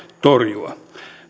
torjua